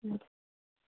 हुन्छ